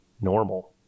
normal